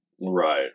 Right